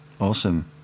awesome